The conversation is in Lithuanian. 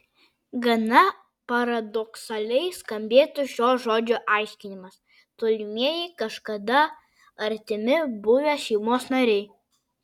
gana paradoksaliai skambėtų šio žodžio aiškinimas tolimieji kažkada artimi buvę šeimos nariai